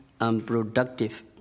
unproductive